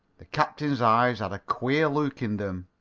the captain's eyes had a queer look in them.